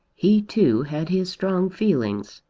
he too had his strong feelings,